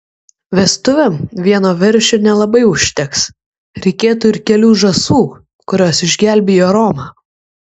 vestuvėm vieno veršio nelabai užteks reikėtų ir kelių žąsų kurios išgelbėjo romą